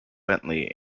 bentley